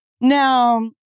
Now